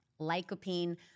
lycopene